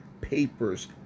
papers